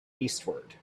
eastward